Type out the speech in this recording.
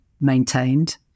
maintained